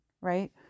right